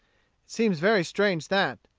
it seems very strange that,